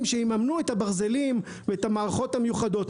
שיממנו את הברזלים ואת המערכות המיוחדות.